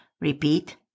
Repeat